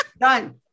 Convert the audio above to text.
Done